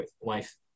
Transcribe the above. wife